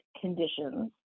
conditions